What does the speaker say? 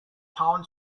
town